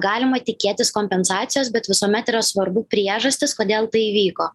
galima tikėtis kompensacijos bet visuomet yra svarbu priežastys kodėl tai įvyko